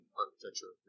architecture